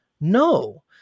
no